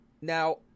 Now